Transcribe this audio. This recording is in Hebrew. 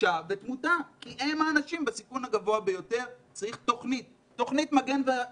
קשה ותמותה היא להגן קודם על